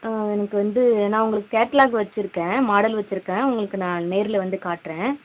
எனக்கு வந்து நான் உங்களுக்கு கேட்லாக் வச்சிருக்கேன் மாடல் வச்சிருக்கேன் உங்களுக்கு நான் நேரில் வந்து காட்டுறேன்